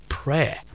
prayer